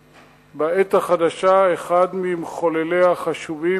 אחד ממחולליה החשובים בעת החדשה.